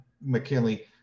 McKinley